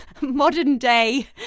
modern-day